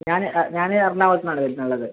ഞാന് ഞാൻ എറണാകുളത്തു നിന്നാണ് വരുന്നുള്ളത്